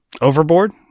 overboard